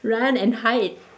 run and hide